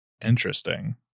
Interesting